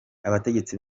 abategetsi